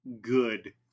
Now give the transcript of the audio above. good